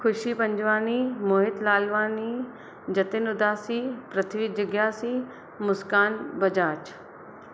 खुशी पंजवानी मोहित लालवानी जतिन उदासी पृथ्वी जिग्यासी मुस्कान बजाज